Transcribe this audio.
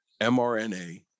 mRNA